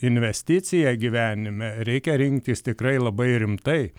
investicija gyvenime reikia rinktis tikrai labai rimtai